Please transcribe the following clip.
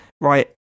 Right